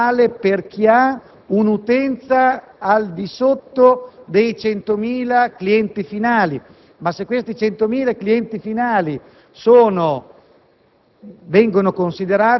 che tale principio non vale per chi ha un'utenza al di sotto dei 100.000 clienti finali. Ma i 100.000 clienti finali vengono